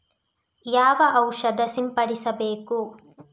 ಯಾವ ಔಷಧ ಸಿಂಪಡಿಸಬೇಕು?